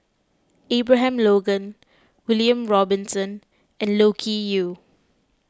Abraham Logan William Robinson and Loke Yew